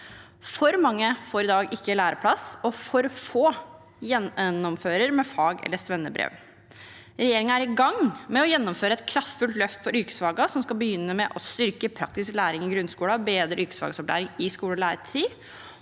For mange får i dag ikke læreplass, og for få gjennomfører med fag- eller svennebrev. Regjeringen er i gang med å gjennomføre et kraftfullt løft for yrkesfagene som skal begynne med å styrke praktisk læring i grunnskolen, bedre yrkesfagopplæring i skole og læretid